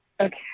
Okay